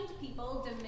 people